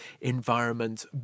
environment